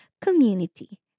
community